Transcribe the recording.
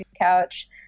couch